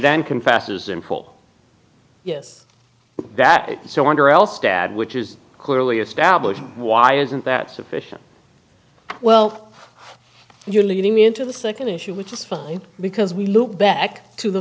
then confesses in full yes that is so under l stad which is clearly established why isn't that sufficient well you're leading me into the second issue which is funny because we look back to the